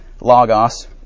logos